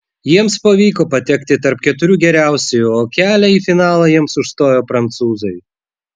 jiems pavyko patekti tarp keturių geriausiųjų o kelią į finalą jiems užstojo prancūzai